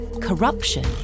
corruption